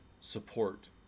support